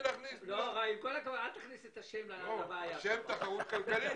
הצעתי תחרות כלכלית